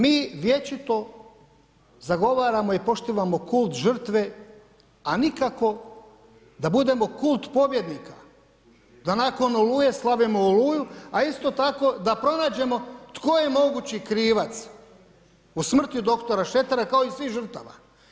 Mi vječito zagovaramo i poštivamo kult žrtve a nikako da budemo kult pobjednika, da nakon Oluje slavimo Oluju a isto tako da pronađemo tko je mogući krivac u smrti dr. Šretera kao i svih žrtava.